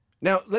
Now